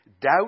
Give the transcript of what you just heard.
doubt